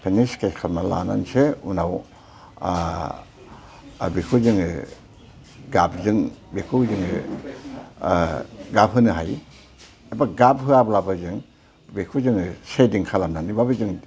स्खेथस खालामना लाग्रोनासो उनाव आर बेखौनो जोङो गाबजों बेखौ जोङो गाब होनो हायो एबा गाब होवाब्लाबो जों बेखौ जों सेइदिं खालामनानैबाबो जों